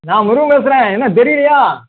நான் முருகன் பேசுகிறேன் என்னை தெரியலையா